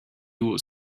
was